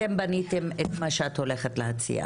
אתם בניתם את מה שאת הולכת להציע.